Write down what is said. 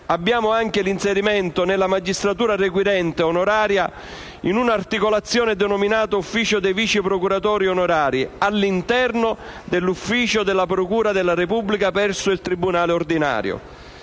previsto l'inserimento nella magistratura requirente onoraria, in un'articolazione denominata ufficio dei vice procuratori onorari, all'interno dell'ufficio della procura della Repubblica presso il tribunale ordinario.